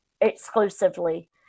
exclusively